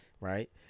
right